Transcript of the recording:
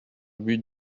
but